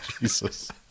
Jesus